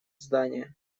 здание